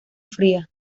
fría